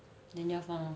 then 鸭饭 lor